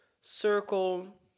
circle